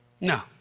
no